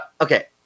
okay